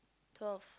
twelve